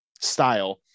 style